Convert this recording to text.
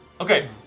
Okay